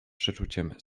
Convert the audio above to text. przeczuciem